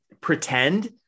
pretend